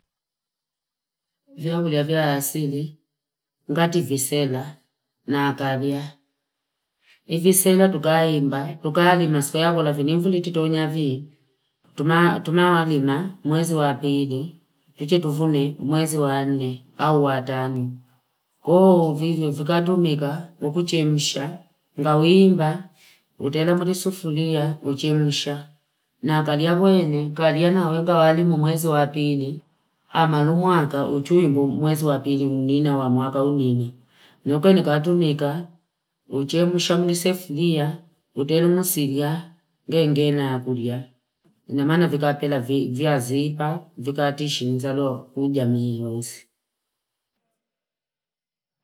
Vyakula vya asili ngati visema naakabi ivisema tukaayimba, tukaalima seyangula nilifiri tunyavii tuna- tunaalima mwezi wa pili tuche tuvune mwezi wa nne au waatanu, koo vivo vikatumika ukuchemsha ngawiimba, utaela kwenye sufuliaa, kuchemsha naakaliya kwenu kaliya nawe na waalimu mwezi wa pili amanumwanga uchuindu mwezi wapili mnina wa mwaka unina nyokani katumika kuchemsha mri sefuria kutelumu silya genge nakulia inamaana vikapela vi- vyaazipa vikatishinza lo ku jamii wenzi.